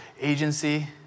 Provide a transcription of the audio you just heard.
agency